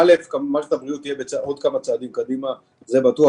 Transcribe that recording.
מערכת הבריאות תהיה עוד כמה צעדים קדימה, זה בטוח.